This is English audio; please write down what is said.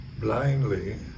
blindly